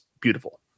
beautiful